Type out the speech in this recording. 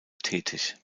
tätig